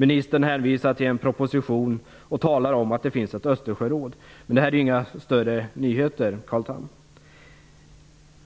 Ministern hänvisar till en proposition och talar om att det finns ett Östersjöråd. Men det är ju inga större nyheter, Carl Men